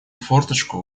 форточку